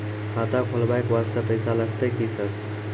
खाता खोलबाय वास्ते पैसो लगते की सर?